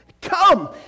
Come